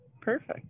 Perfect